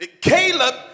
Caleb